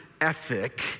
ethic